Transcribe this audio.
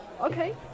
okay